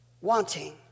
wanting